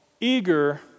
eager